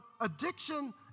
addiction